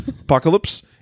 apocalypse